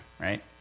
right